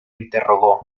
interrogó